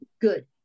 good